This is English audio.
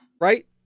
right